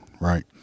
right